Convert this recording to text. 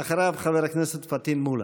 אחריו, חבר הכנסת פטין מולא.